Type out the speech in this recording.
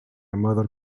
mother